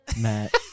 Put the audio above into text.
Matt